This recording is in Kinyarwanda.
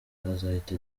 azahita